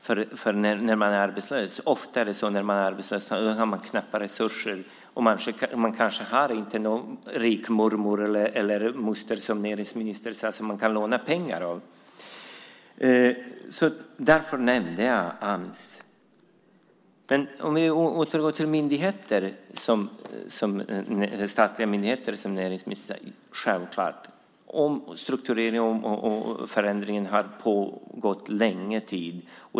Ofta har man ju knappa resurser när man är arbetslös, och man har kanske inte någon rik mormor eller moster, som näringsministern sade, som man kan låna pengar av. Därför nämnde jag Ams. Om vi återgår till statliga myndigheter som näringsministern talade om vill jag säga att det självklart är så att omstrukturering och förändringar har pågått länge.